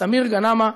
סמיר גנאמה,